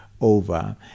over